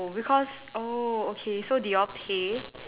because oh okay so did you all pay